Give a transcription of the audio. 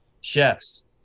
chefs